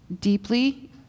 deeply